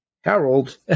Harold